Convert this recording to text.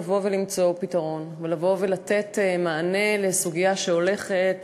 לבוא ולמצוא פתרון ולבוא ולתת מענה לסוגיה שהולכת